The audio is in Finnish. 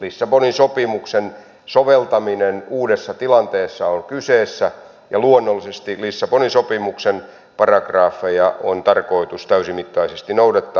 lissabonin sopimuksen soveltaminen uudessa tilanteessa on kyseessä ja luonnollisesti lissabonin sopimuksen paragrafeja on tarkoitus täysimittaisesti noudattaa